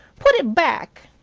put it back!